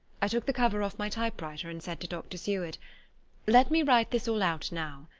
i took the cover off my typewriter, and said to dr. seward let me write this all out now.